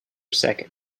second